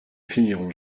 finirons